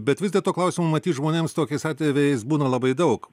bet vis dėlto klausimų matyt žmonėms tokiais atvejais būna labai daug